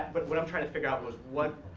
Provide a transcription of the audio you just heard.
but, what i'm tryin' to figure out was, what